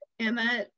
Emma